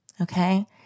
okay